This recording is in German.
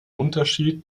unterschied